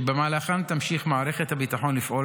שבמהלכן תמשיך מערכת הביטחון לפעול